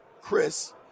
Chris